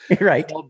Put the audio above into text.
Right